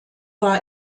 war